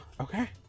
Okay